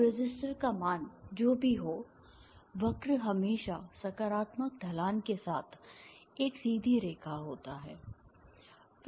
अब रेसिस्टर का मान जो भी हो वक्र हमेशा सकारात्मक ढलान के साथ एक सीधी रेखा होता है